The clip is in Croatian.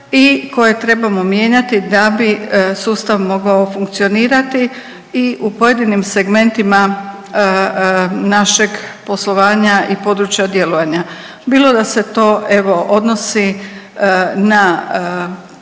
i koje trebamo mijenjati da bi sustav mogao funkcionirati i u pojedinim segmentima našeg poslovanja i područja djelovanja bilo da se to evo odnosi na